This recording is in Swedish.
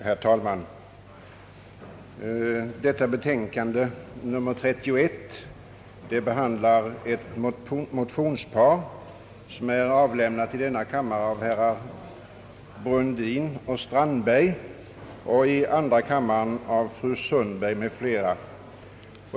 Herr talman! Detta betänkande, nr 31, behandlar ett motionspar som avlämnats i denna kammare av herrar Brundin och Strandberg och i andra kammaren av fru Sundberg m.fl.